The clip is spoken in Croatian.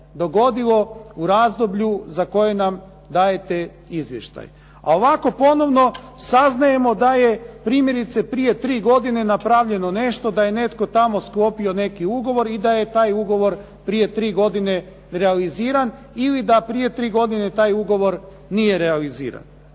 dogodilo u razdoblju za koje nam dajete izvještaj. A ovako ponovno saznajemo da je primjerice prije tri godine napravljeno nešto, da je netko tamo sklopio neki ugovor i da je taj ugovor prije tri godine realiziran ili da prije tri godine taj ugovor nije realiziran.